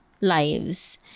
lives